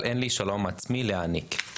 אבל אין לי שלום להעניק לעצמי.